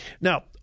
Now